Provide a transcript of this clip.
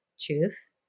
truth